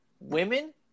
women